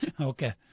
Okay